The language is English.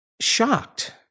shocked